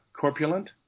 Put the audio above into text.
corpulent